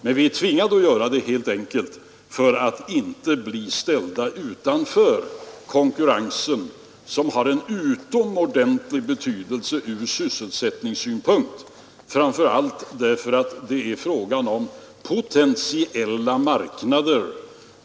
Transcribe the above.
Vi är emellertid tvingade att göra detta för att helt enkelt inte bli ställda utanför konkurrensen, som har en utomordentlig betydelse ur sysselsättningssynpunkt, framför allt därför att det är fråga om potentiella marknader